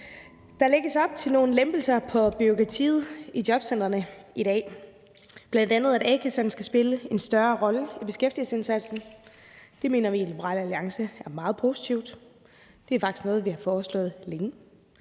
Der lægges op til nogle lempelser af bureaukratiet i jobcentrene i dag, bl.a. at a-kasserne skal spille en større rolle i beskæftigelsesindsatsen. Det mener vi i Liberal Alliance er meget positivt; det er faktisk noget, vi har foreslået længe.